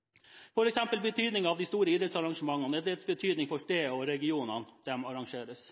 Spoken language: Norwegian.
av store idrettsarrangementer og for de steder og regioner der de arrangeres.